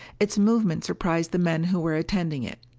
its movement surprised the men who were attending it.